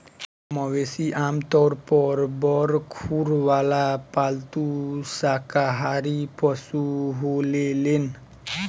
मवेशी आमतौर पर बड़ खुर वाला पालतू शाकाहारी पशु होलेलेन